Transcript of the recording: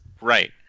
right